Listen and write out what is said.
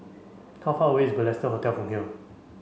how far away is Balestier Hotel from here